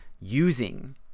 using